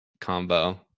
combo